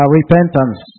repentance